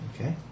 Okay